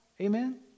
amen